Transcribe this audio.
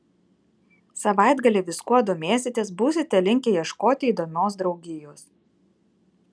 savaitgalį viskuo domėsitės būsite linkę ieškoti įdomios draugijos